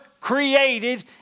created